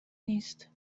نیست